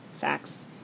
Facts